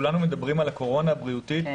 כולם מדברים על הקורונה הבריאותית,